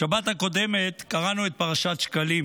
בשבת הקודמת קראנו את פרשת שקלים,